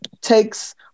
takes